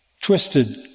twisted